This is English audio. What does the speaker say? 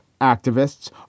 activists